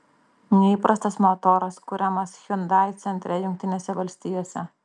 neįprastas motoras kuriamas hyundai centre jungtinėse valstijose